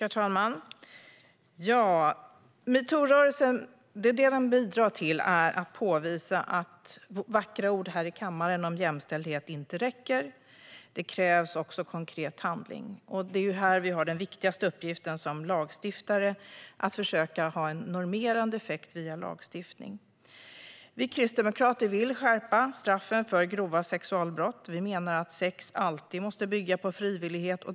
Herr talman! Metoo-rörelsen bidrar till att påvisa att vackra ord här i kammaren om jämställdhet inte räcker. Det krävs också konkret handling. Det är här vi har den viktigaste uppgiften som lagstiftare: att försöka få en normerande effekt via lagstiftning. Vi kristdemokrater vill skärpa straffen för grova sexualbrott. Vi menar att sex alltid måste bygga på frivillighet.